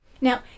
Now